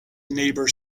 neighbor